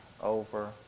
over